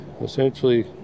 essentially